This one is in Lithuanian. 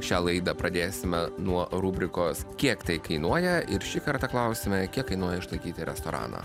šią laidą pradėsime nuo rubrikos kiek tai kainuoja ir šį kartą klausime kiek kainuoja išlaikyti restoraną